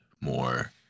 more